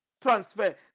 transfer